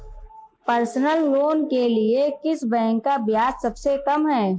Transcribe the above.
Personal loan के लिए किस बैंक का ब्याज सबसे कम है?